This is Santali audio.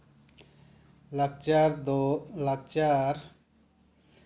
ᱞᱟᱠᱪᱟᱨ ᱫᱚ ᱞᱟᱠᱪᱟᱨ